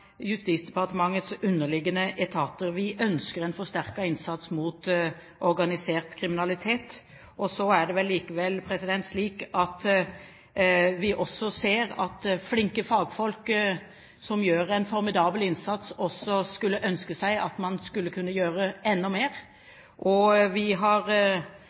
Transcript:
Justisdepartementets underliggende etater. Vi ønsker en forsterket innsats mot organisert kriminalitet. Så er det vel likevel slik at vi også ser at flinke fagfolk, som gjør en formidabel innsats, skulle ønske at de kunne gjøre enda mer. Vi